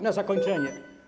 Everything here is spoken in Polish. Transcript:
Na zakończenie.